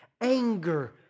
anger